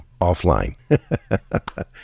offline